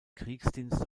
kriegsdienst